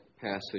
passage